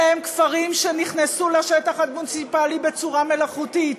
אלה הם כפרים שנכנסו לשטח המוניציפלי בצורה מלאכותית,